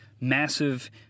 massive